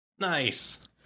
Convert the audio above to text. Nice